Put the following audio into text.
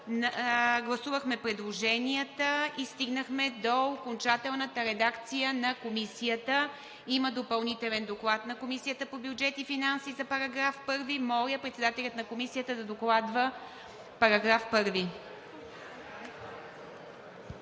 Гласувахме предложенията и стигнахме до окончателната редакция на Комисията. Има Допълнителен доклад на Комисията по бюджет и финанси за § 1. Моля председателят на Комисията да докладва § 1.